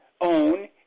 own